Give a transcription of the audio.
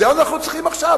את זה אנחנו צריכים עכשיו?